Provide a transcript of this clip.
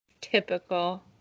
Typical